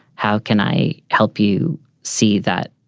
how can i help you see that,